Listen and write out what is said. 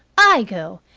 i go,